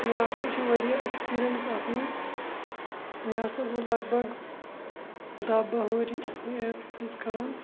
مےٚ ہَسا چھِ واریاہ ایٚکٕسپیٖریَنٕس اَتھ منٛز مےٚ ہَسا گوٚو لَگ بگ دَہ بَہہ ؤری یہِ ایپ یوٗز کَران